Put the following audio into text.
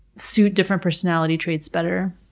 suit different personality traits better.